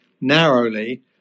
narrowly